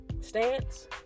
stance